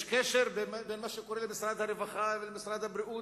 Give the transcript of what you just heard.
יש קשר בין מה שקורה במשרד הרווחה למשרד הבריאות,